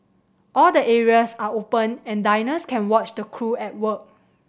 all the areas are open and diners can watch the crew at work